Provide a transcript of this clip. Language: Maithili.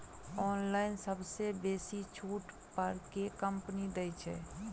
ऑनलाइन सबसँ बेसी छुट पर केँ कंपनी दइ छै?